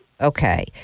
Okay